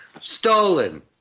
stolen